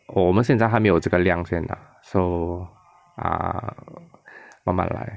我们现在还没有这个量先 lah so ah 慢慢来